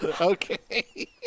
Okay